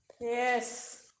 Yes